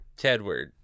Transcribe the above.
Tedward